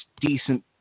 decent